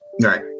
Right